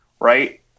right